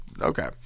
Okay